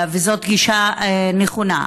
זאת גישה נכונה,